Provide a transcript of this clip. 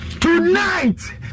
tonight